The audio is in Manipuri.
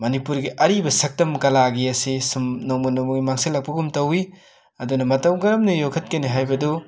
ꯃꯅꯤꯄꯨꯔꯒꯤ ꯑꯔꯤꯕ ꯁꯛꯇꯝ ꯀꯂꯥꯒꯤ ꯑꯁꯤ ꯁꯨꯝ ꯅꯣꯡꯃ ꯅꯣꯡꯃꯒꯤ ꯃꯥꯡꯁꯤꯜꯂꯛꯄꯒꯨꯝ ꯇꯧꯏ ꯑꯗꯨꯅ ꯃꯇꯧ ꯀꯔꯝꯅ ꯌꯣꯛꯈꯠꯀꯅꯤ ꯍꯥꯏꯕꯗꯨ